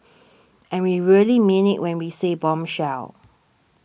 and we really mean it when we said bombshell